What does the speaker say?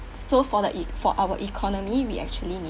so for the e~ for our economy we actually negate